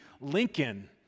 Lincoln